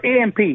AMP